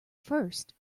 first